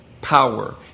power